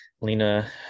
Lena